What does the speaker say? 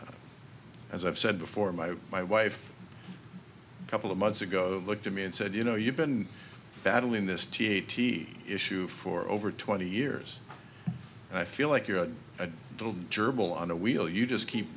as i've said before my my wife a couple of months ago looked at me and said you know you've been battling this t a t issue for over twenty years and i feel like you're a little german on a wheel you just keep